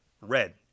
Red